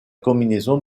combinaison